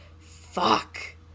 fuck